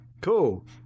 cool